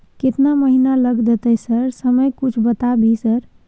केतना महीना लग देतै सर समय कुछ बता भी सर?